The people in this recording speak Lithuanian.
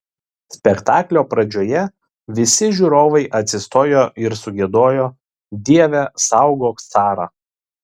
spektaklio pradžioje visi žiūrovai atsistojo ir sugiedojo dieve saugok carą